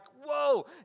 whoa